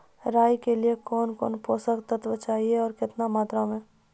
राई के लिए कौन कौन पोसक तत्व चाहिए आरु केतना मात्रा मे?